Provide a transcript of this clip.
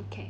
okay